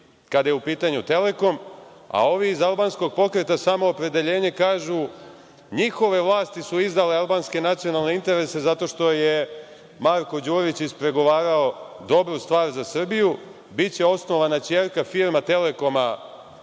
kada je u pitanju „Telekom“, a ovi iz albanskog pokreta Samoopredeljenje kažu – njihove vlasti su izdale albanske nacionalne interese zato što je Marko Đurić ispregovarao dobru stvar za Srbiju. Biće osnovana ćerka firma „Telekoma“